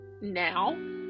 now